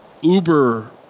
Uber